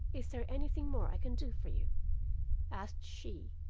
is there anything more i can do for you asked she,